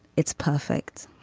it's perfect.